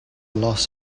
loss